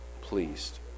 pleased